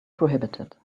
prohibited